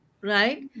right